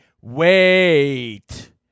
Wait